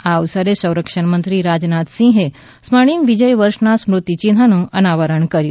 આ અવસરે સંરક્ષણમંત્રી રાજનાથસિંહે સ્વર્ણિમ વિજય વર્ષના સ્મૃતિ ચિન્હનું અનાવરણ કર્યું